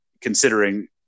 considering